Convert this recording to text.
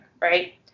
right